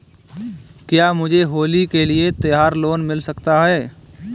क्या मुझे होली के लिए त्यौहार लोंन मिल सकता है?